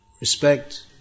respect